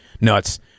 nuts